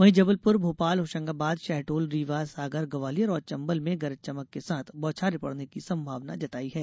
वहीं जबलपुर भोपाल होशंगाबाद शहडोल रीवा सागर ग्वालियर और चम्बल में गरज चमक के साथ बौछारें पड़ने की संभावना जताई है